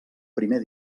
primer